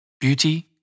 Beauty